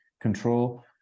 control